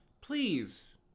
please